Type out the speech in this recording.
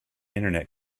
internet